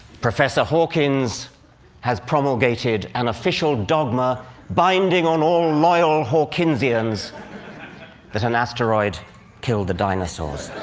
professor hawkins has promulgated an official dogma binding on all loyal hawkinsians that an asteroid killed the dinosaurs.